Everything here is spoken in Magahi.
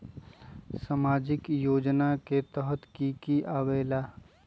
समाजिक योजना के तहद कि की आवे ला?